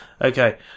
Okay